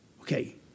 okay